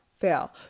fail